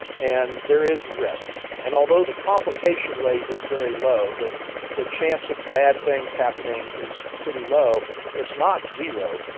and there is risk. and although the complication rate is very low the the chance of bad things happening is pretty low it's not zero.